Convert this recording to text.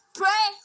pray